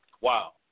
Wow